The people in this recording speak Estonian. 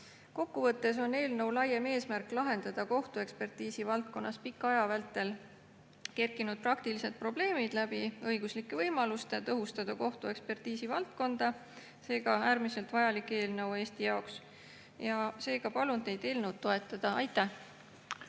Kokkuvõttes on eelnõu laiem eesmärk lahendada kohtuekspertiisi valdkonnas pika aja vältel [esile] kerkinud praktilised probleemid õiguslike võimaluste kaudu, tõhustada kohtuekspertiisi valdkonda. Seega, äärmiselt vajalik eelnõu Eesti jaoks. Palun teid eelnõu toetada. Aitäh!